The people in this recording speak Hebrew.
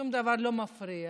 שום דבר לא מפריע,